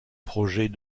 projet